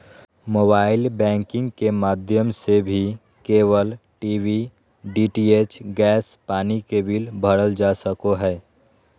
mobile banking के माध्यम से भी केबल टी.वी, डी.टी.एच, गैस, पानी के बिल भरल जा सको हय